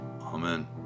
Amen